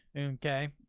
okay.